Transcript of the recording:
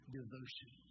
devotion